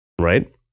right